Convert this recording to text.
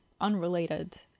unrelated